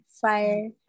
fire